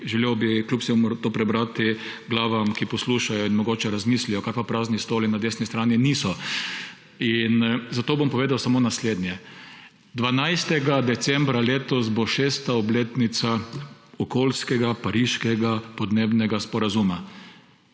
Želel bi kljub vsemu to prebrati glavam, ki poslušajo in mogoče razmislijo, kar pa prazni stoli na desni strani niso. In zato bom povedal samo naslednje. 12. decembra letos bo 6. obletnica okoljskega pariškega podnebnega sporazuma.